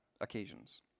occasions